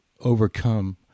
overcome